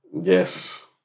Yes